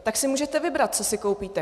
Tak si můžete vybrat, co si koupíte.